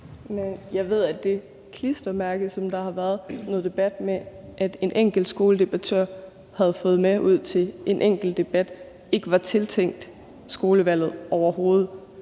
Jeg ved, at det klistermærke, som der har været noget debat om at en enkelt skoledebattør havde fået med ud til en enkelt debat, ikke var tiltænkt skolevalget overhovedet.